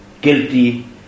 guilty